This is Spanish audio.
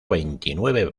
veintinueve